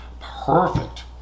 perfect